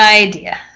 idea